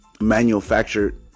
manufactured